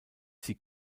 sie